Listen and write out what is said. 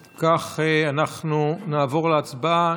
אם כך, אנחנו נעבור להצבעה.